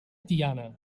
tiana